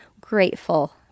grateful